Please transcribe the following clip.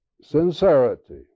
sincerity